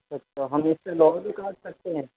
اچھا تو ہم اس سے لوہے بھی کاٹ سکتے ہیں